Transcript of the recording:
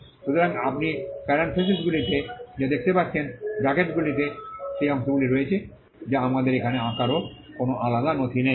সুতরাং আপনি পারানথেসিস গুলিতে যা দেখতে পাচ্ছেন ব্রাকেটস গুলিতে সেই অংশগুলি রয়েছে যা আমাদের এখানে আঁকার কোনও আলাদা নথিতে নেই